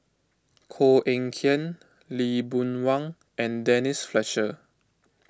Koh Eng Kian Lee Boon Wang and Denise Fletcher